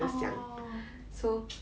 orh